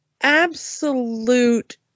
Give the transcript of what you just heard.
absolute